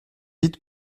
vite